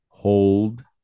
hold